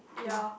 ya